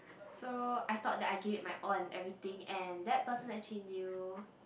so I thought that I give it my all and everything and that person actually knew